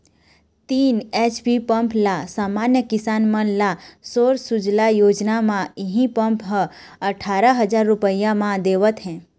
तीन HP pump ल समान्य किसान मन ल सौर सूजला योजना म इहीं पंप ह अठारा हजार रूपिया म देवत हे